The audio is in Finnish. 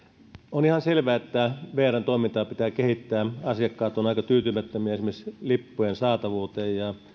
on ihan selvä että vrn toimintaa pitää kehittää asiakkaat ovat aika tyytymättömiä esimerkiksi lippujen saatavuuteen ja